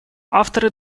авторы